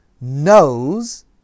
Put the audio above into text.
knows